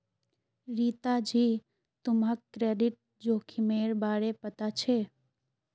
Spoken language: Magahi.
रीता जी, तुम्हाक क्रेडिट जोखिमेर बारे पता छे?